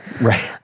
Right